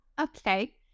okay